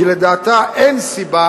כי לדעתה אין סיבה,